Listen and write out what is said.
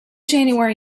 january